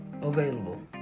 available